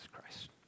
Christ